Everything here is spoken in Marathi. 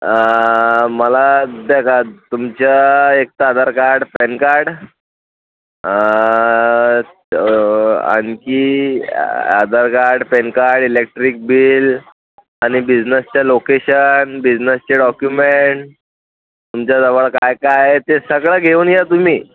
मला द्या तुमच्या एक तर आधारकार्ड पॅनकार्ड आणखी आधारकार्ड पॅनकार्ड इलेक्ट्रीक बिल आणि बिझनेसचं लोकेशन बिझनेसचे डॉक्युमेंट तुमच्याजवळ काय काय आहे ते सगळं घेऊन या तुम्ही